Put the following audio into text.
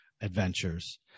adventures